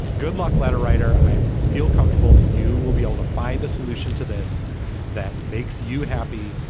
good luck, letter writer. i feel comfortable that you will be able to find a solution to this that makes you happy,